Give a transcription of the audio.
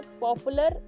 popular